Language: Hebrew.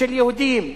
של יהודים,